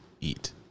eat